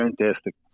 fantastic